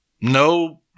no